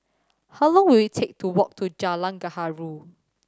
how long will it take to walk to Jalan Gaharu